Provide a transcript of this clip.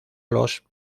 los